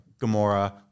Gamora